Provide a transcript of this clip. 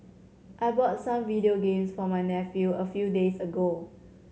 I bought some video games for my nephew a few days ago